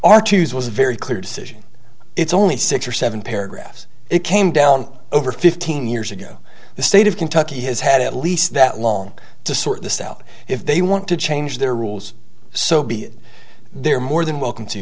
our to use was a very clear decision it's only six or seven paragraphs it came down over fifteen years ago the state of kentucky has had at least that long to sort this out if they want to change their rules so be it they're more than welcome to